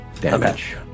damage